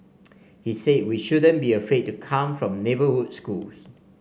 he said we shouldn't be afraid to come from neighbourhood schools